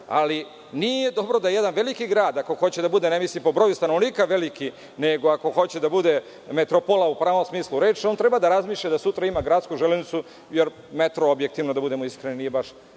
ali nije dobro da jedan veliki grad, ako hoće da bude, ne mislim po broju stanovnika veliki, nego ako hoće da bude metropola u pravom smislu reči, on treba da razmišlja i da sutra ima gradsku železnicu, jer metro nije realan. Dakle, bolje da